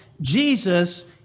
Jesus